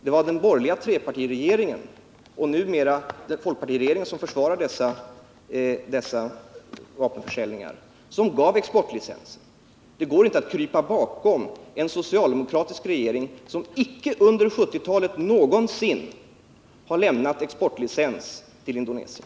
Det var den borgerliga trepartiregeringen som gav exportlicens, och numera är det den folkpartistiska regeringen som försvarar denna vapenförsäljning. Det går inte att krypa bakom en socialdemokratisk regering, som icke någonsin under 1970-talet har lämnat exportlicens för vapenförsäljning till Indonesien.